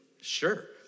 sure